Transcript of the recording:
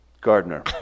Gardner